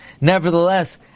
Nevertheless